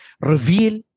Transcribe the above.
reveal